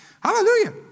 Hallelujah